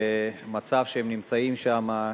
במצב שהם נמצאים שם,